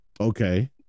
okay